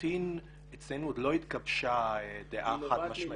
לחלוטין אצלנו עוד לא התגבשה דעה חד משמעית.